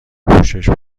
پوشش